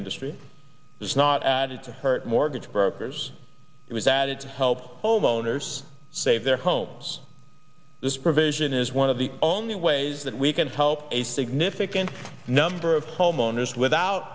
industry has not added to her mortgage brokers it was added to help homeowners save their homes this provision is one of the only ways that we can help a significant number of homeowners without